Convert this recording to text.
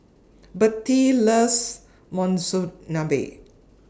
Bertie loves Monsunabe